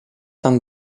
dann